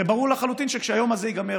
הרי ברור לחלוטין שכשהיום הזה ייגמר,